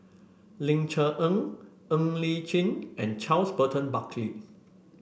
Ling Cher Eng Ng Li Chin and Charles Burton Buckley